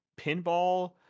pinball